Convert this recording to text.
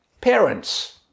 parents